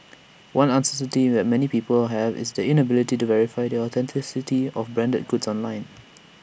one uncertainty many people have is the inability to verify the authenticity of branded goods online